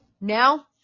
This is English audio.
Now